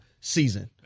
season